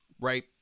Right